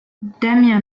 damian